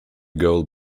goal